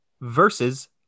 versus